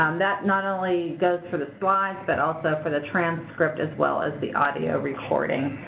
um that not only goes for the slides but also for the transcript as well as the audio recording.